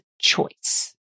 choice